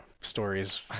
stories